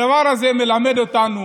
הדבר הזה מלמד אותנו